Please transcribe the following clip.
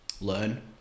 learn